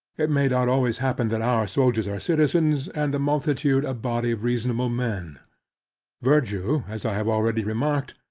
it may not always happen that our soldiers are citizens, and the multitude a body of reasonable men virtue, as i have already remarked,